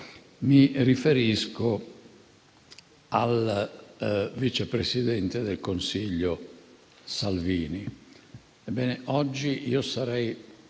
Mi riferisco al vice presidente del Consiglio Salvini.